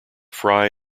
fry